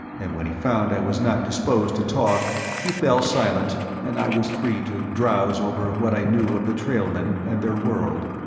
and when he found i was not disposed to talk, he fell silent and i was free to drowse over what i knew of the trailmen and their world.